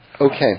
Okay